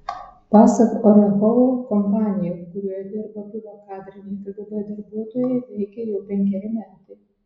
pasak orechovo kompanija kurioje dirba buvę kadriniai kgb darbuotojai veikia jau penkeri metai